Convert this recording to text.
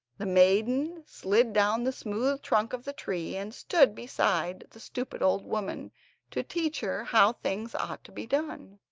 the maiden slid down the smooth trunk of the tree, and stood beside the stupid old woman, to teach her how things ought to be done.